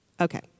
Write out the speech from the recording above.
Okay